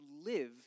live